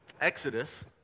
Exodus